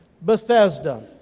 Bethesda